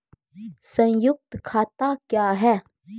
संयुक्त खाता क्या हैं?